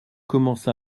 commença